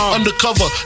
Undercover